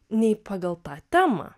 nei pagal tą temą